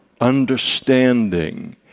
understanding